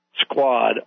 squad